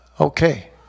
Okay